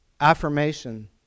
Affirmation